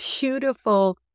beautiful